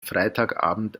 freitagabend